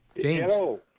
James